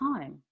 time